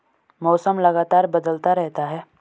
मौसम लगातार बदलता रहता है